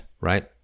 right